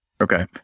Okay